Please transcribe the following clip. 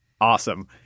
Awesome